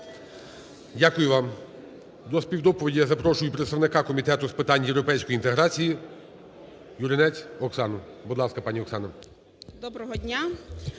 Дякую вам. До співдоповіді я запрошую представника Комітету з питань європейської інтеграції Юринець Оксану. Будь ласка, пані Оксана. 11:43:28